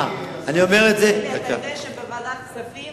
אלי, אתה יודע שבוועדת הכספים